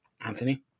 anthony